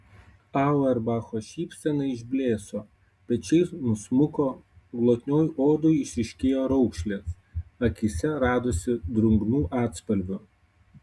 auerbacho šypsena išblėso pečiai nusmuko glotnioj odoj išryškėjo raukšlės akyse radosi drungnų atspalvių